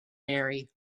marry